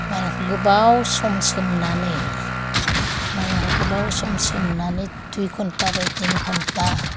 माइरंखौ गोबाव सम सोमनानै दुइ घन्टा बा तिनि घन्टा